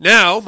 Now